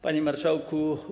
Panie Marszałku!